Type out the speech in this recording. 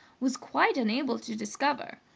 was quite unable to discover,